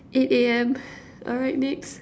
eight A_M alright next